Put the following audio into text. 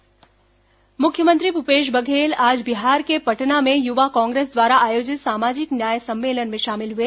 सामाजिक न्याय सम्मेलन मुख्यमंत्री भूपेश बघेल आज बिहार के पटना में युवा कांग्रेस द्वारा आयोजित सामाजिक न्याय सम्मेलन में शामिल हुए